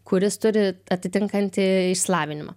kuris turi atitinkantį išsilavinimą